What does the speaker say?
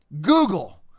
Google